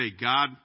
God